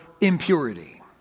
impurity